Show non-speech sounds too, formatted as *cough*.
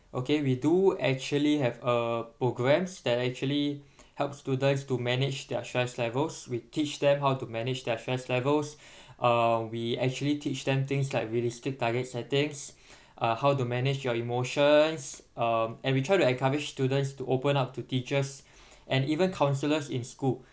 okay we do actually have uh programmes that actually help students to manage their stress levels we teach them how to manage their stress levels *breath* uh we actually teach them things like realistic targets settings *breath* uh how to manage your emotions um and we try to encourage students to open up to teachers *breath* and even counsellors in school